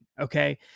Okay